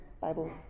Bible